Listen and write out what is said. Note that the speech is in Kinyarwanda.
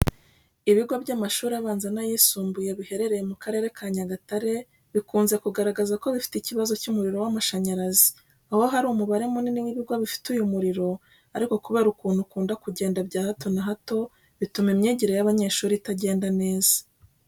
Ibigo bw'amashuri abanza n'ayisumbuye biherereye mu karere ka Nyagatare bikunze kugaragaza ko bifite ikibazo cy'umuriro w'amashanyarazi, aho hari umubare munini w'ibigo bifite uyu muriro ariko kubera ukuntu ukunda kugenda bya hato na hato bituma imyigire y'abanyeshuri itagenda neza.